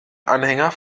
anhänger